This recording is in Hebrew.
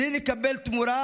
בלי לקבל תמורה,